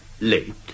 Late